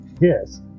Yes